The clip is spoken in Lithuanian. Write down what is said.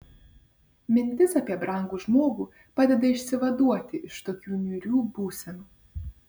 mintis apie brangų žmogų padeda išsivaduoti iš tokių niūrių būsenų